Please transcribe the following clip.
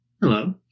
Hello